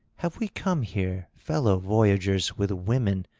have we come here fellow voyagers with women,